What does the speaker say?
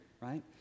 right